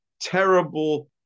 terrible